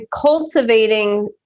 cultivating